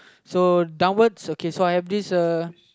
so downwards okay so I have this uh